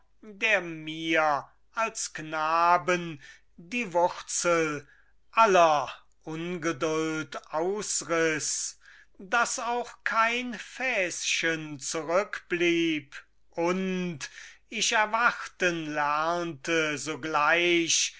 der mir als knaben die wurzel aller ungeduld ausriß daß auch kein fäschen zurückblieb und ich erwarten lernte sogleich